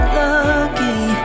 lucky